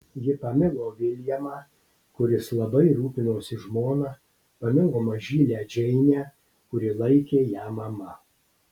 ji pamilo viljamą kuris labai rūpinosi žmona pamilo mažylę džeinę kuri laikė ją mama